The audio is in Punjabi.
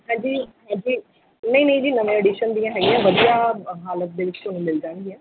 ਹਾਂਜੀ ਹਾਂਜੀ ਨਹੀਂ ਨਹੀਂ ਜੀ ਨਵੇਂ ਆਡੀਸ਼ਨ ਦੀਆਂ ਹੈਗੀਆਂ ਵਧੀਆ ਹਾਲਤ ਦੇ ਵਿੱਚ ਤੁਹਾਨੂੰ ਮਿਲ ਜਾਣਗੀਆਂ